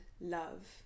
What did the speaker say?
love